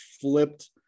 flipped